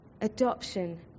Adoption